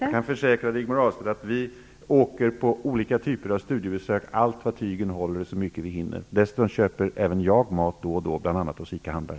Fru talman! Jag kan försäkra Rigmor Ahlstedt att vi åker på olika typer av studiebesök allt vad tygen håller och så mycket vi hinner. Dessutom köper även jag mat då och då, bl.a. hos ICA-handlare.